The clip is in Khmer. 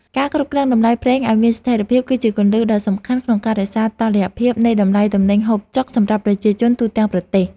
ការគ្រប់គ្រងតម្លៃប្រេងឱ្យមានស្ថិរភាព គឺជាគន្លឹះដ៏សំខាន់ក្នុងការរក្សាតុល្យភាពនៃតម្លៃទំនិញហូបចុកសម្រាប់ប្រជាជនទូទាំងប្រទេស។